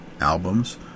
albums